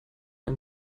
ein